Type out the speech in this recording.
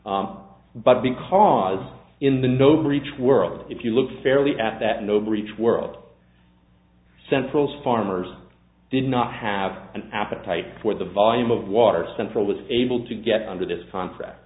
t but because in the no breach world if you look fairly at that no breach world central farmers did not have an appetite for the volume of water central was able to get under this contract